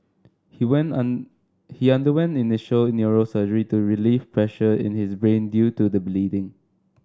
he went he underwent initial neurosurgery to relieve pressure in his brain due to the bleeding